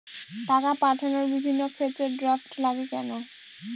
টাকা পাঠানোর বিভিন্ন ক্ষেত্রে ড্রাফট লাগে কেন?